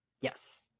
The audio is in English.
Yes